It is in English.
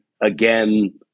again